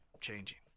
changing